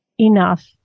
enough